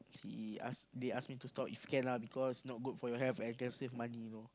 he ask they ask me stop if can lah cause not good for your health and can save money you know